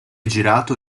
girato